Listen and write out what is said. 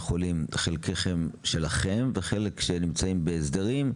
החולים שלכם ולבתי החולים שנמצאים בהסדרים,